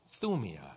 Thumia